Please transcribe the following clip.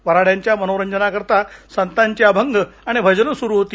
वऱ्हाड्यांच्या मनोरंजना करता संतांचे अभंग आणि भजनं सुरू होती